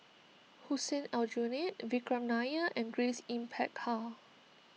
Hussein Aljunied Vikram Nair and Grace Yin Peck Ha